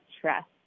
trust